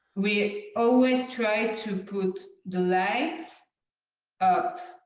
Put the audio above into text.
we always try to put the lights up,